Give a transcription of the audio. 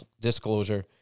disclosure